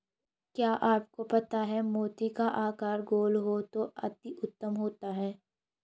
क्या आपको पता है मोती का आकार गोल हो तो अति उत्तम होता है